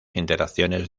interacciones